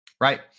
right